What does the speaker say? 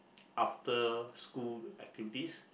after school activities